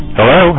Hello